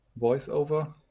voiceover